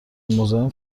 مزاحم